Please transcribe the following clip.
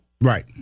Right